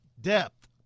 Depth